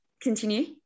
Continue